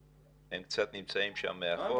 הם קצת נמצאים שם מאחורה.